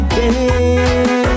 day